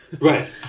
Right